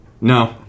No